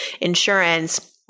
insurance